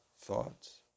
thoughts